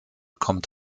kommt